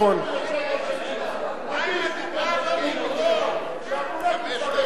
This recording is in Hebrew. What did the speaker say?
וינזוף ביושב-ראש וינזוף ביושב-ראש הישיבה.